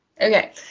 Okay